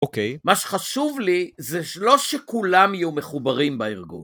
אוקיי. מה שחשוב לי זה לא שכולם יהיו מחוברים בארגון.